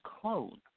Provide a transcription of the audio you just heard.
clone